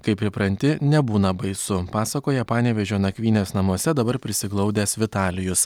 kai pripranti nebūna baisu pasakoja panevėžio nakvynės namuose dabar prisiglaudęs vitalijus